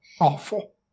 awful